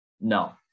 No